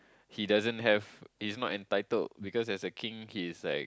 he doesn't have he's not entitled because as a king he's like